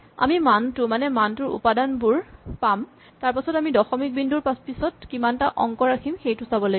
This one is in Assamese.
আমি মানটো মানে মানটোৰ উপাদানবোৰ পাম তাৰপাছত আমি দশমিক বিন্দুৰ পিছত কিমানটা অংক ৰাখিম সেইটো চাব লাগিব